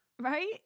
Right